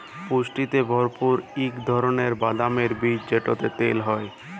পুষ্টিতে ভরপুর ইক ধারালের বাদামের বীজ যেটতে তেল হ্যয়